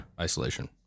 Isolation